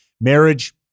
Marriage